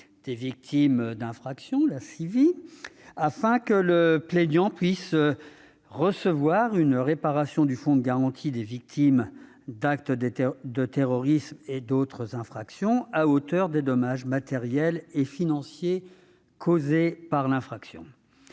des victimes d'infractions, la CIVI, afin que le plaignant puisse recevoir une réparation du Fonds de garantie des victimes d'actes de terrorisme et d'autres infractions à hauteur des dommages matériels et financiers causés par l'infraction.